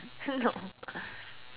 no